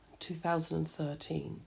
2013